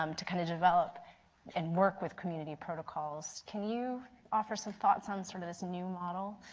um to kind of develop and work with community protocols. can you offer some thoughts on sort of this new model?